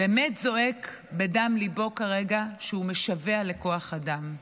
באמת זועק מדם ליבו כרגע שהוא משווע לכוח אדם.